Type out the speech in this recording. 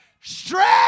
stretch